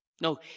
No